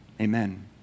Amen